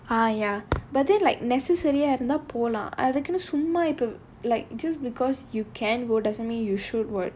ah ya but then like necessary இருந்தா போலாம்:irunthaa polaam like just because you can go doesn't mean you should [what]